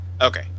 Okay